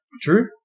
True